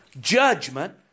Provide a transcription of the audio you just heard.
judgment